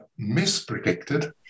mispredicted